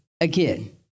again